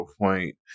point